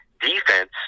defense